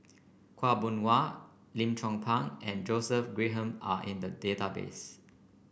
Khaw Boon Wan Lim Chong Pang and Joseph Grimberg are in the database